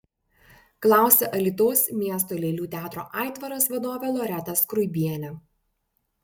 klausia alytaus miesto lėlių teatro aitvaras vadovė loreta skruibienė